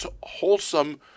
wholesome